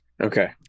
okay